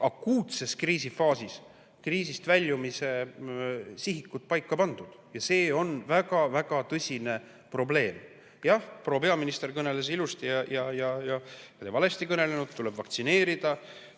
akuutses kriisifaasis kriisist väljumise sihikut selgelt paika pandud. See on väga-väga tõsine probleem. Jah, proua peaminister kõneles ilusti, ta valesti ei kõnelenud: tuleb vaktsineerida.